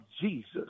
Jesus